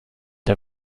der